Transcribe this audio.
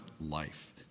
life